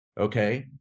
okay